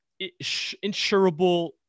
insurable